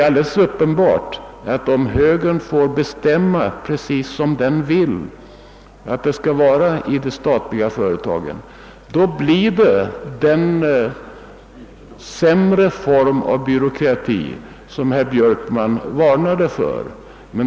Skulle högern få bestämma precis som den vill, när det gäller att organisera de statliga företagen, blir följden uppenbart den sämre form av byråkrati som herr Björkman varnade för.